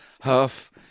Huff